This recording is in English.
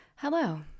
Hello